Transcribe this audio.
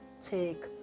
take